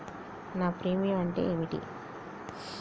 నా ప్రీమియం అంటే ఏమిటి?